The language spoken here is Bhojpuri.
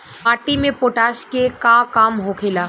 माटी में पोटाश के का काम होखेला?